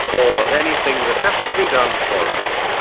or of anything that has to be done for us,